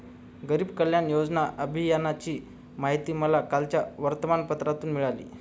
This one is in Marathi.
गरीब कल्याण योजना अभियानाची माहिती मला कालच्या वर्तमानपत्रातून मिळाली